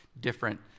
different